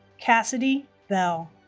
kassidy bell